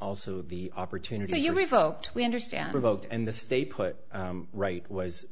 also the opportunity you revoked we understand revoked and the stay put right was